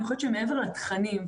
אני חושבת שמעבר לתכנים,